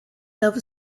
nova